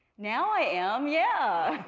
now i am, yeah!